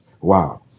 Wow